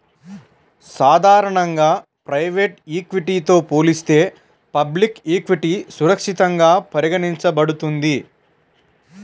సాధారణంగా ప్రైవేట్ ఈక్విటీతో పోలిస్తే పబ్లిక్ ఈక్విటీ సురక్షితంగా పరిగణించబడుతుంది